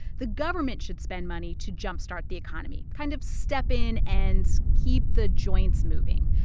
the government should spend money to jumpstart the economy kind of step in and keep the joints moving.